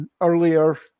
earlier